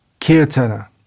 Kirtana